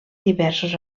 diversos